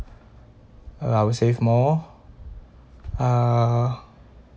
I will save more uh